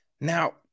Now